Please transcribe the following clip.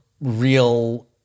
real